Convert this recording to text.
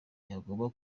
yagombye